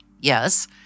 Yes